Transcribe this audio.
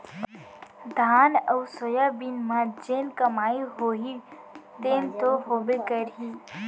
धान अउ सोयाबीन म जेन कमाई होही तेन तो होबे करही